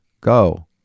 go